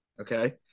Okay